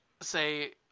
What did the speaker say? say